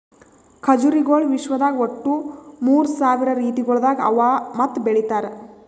ಖಜುರಿಗೊಳ್ ವಿಶ್ವದಾಗ್ ಒಟ್ಟು ಮೂರ್ ಸಾವಿರ ರೀತಿಗೊಳ್ದಾಗ್ ಅವಾ ಮತ್ತ ಬೆಳಿತಾರ್